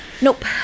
Nope